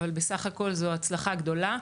שמדובר בהצלחה גדולה.